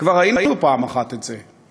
כבר ראינו פעם אחת את זה.